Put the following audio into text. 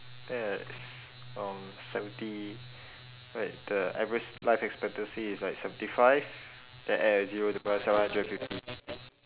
that's uh seventy wait the average life expectancy is like seventy five then add a zero it becomes seven hundred and fifty